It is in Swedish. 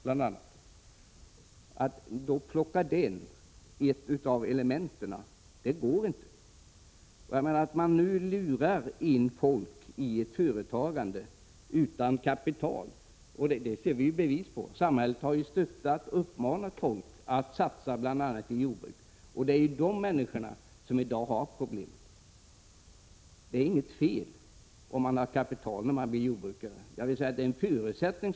Det går inte att plocka bort ett av dessa element. Nu lurar man folk utan kapital in i ett företagande. Vi har ju sett bevis på hur samhället har stöttat och uppmanat folk att satsa bl.a. på verksamhet i jordbruket. Det är de människorna som i dag har problem. Det är inget fel att ha kapital när man blir jordbrukare. Snarare är det en förutsättning.